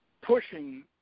pushing